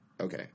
okay